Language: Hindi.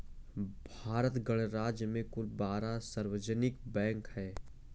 भारत गणराज्य में कुल बारह सार्वजनिक बैंक हैं